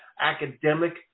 academic